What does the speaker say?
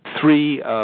three